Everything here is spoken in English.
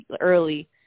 early